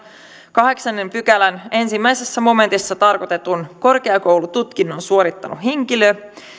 kahdeksannen pykälän ensimmäisessä momentissa tarkoitetun korkeakoulututkinnon suorittanut henkilö